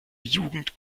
jugend